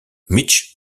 mitch